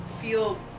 feel